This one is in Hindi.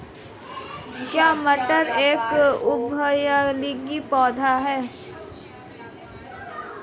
क्या मटर एक उभयलिंगी पौधा है?